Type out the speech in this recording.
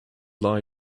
lie